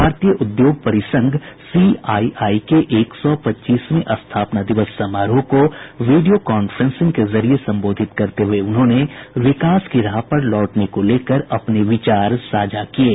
भारतीय उद्योग परिसंघ सीआईआई के एक सौ पच्चीसवें स्थापना दिवस समारोह को वीडियो कांफ्रेंसिंग के जरिये सम्बोधित करते हुए उन्होंने विकास की राह पर लौटने को लेकर अपने विचार साझा किये